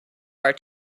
are